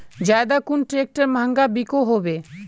ज्यादा कुन ट्रैक्टर महंगा बिको होबे?